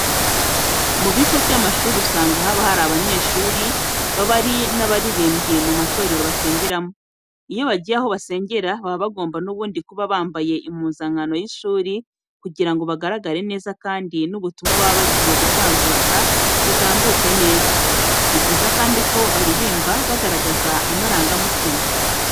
Mu bigo by'amashuri usanga haba hari abanyeshuri baba ari n'abaririmbyi mu matorero basengeramo. Iyo bagiye aho basengera, baba bagomba n'ubundi kuba bambaye impuzankano y'ishuri kugira ngo bagaragare neza kandi n'ubutumwa baba bagiye gutambutsa butamuke neza. Ni byiza kandi ko baririmba bagaragaza amarangamutima.